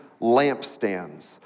lampstands